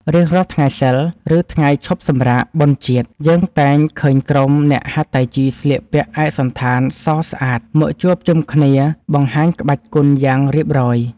រៀងរាល់ថ្ងៃសីល ឬថ្ងៃឈប់សម្រាកបុណ្យជាតិ យើងតែងឃើញក្រុមអ្នកហាត់តៃជីស្លៀកពាក់ឯកសណ្ឋានសស្អាត មកជួបជុំគ្នាបង្ហាញក្បាច់គុណយ៉ាងរៀបរយ។